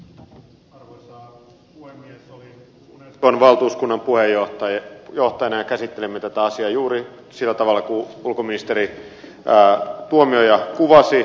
olin unescon valtuuskunnan puheenjohtajana ja käsittelimme tätä asiaa juuri sillä tavalla kuin ulkoministeri tuomioja kuvasi